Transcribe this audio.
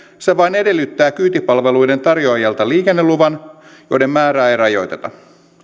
se vain edellyttää kyytipalveluiden tarjoajalta liikenneluvan joiden määrää ei rajoiteta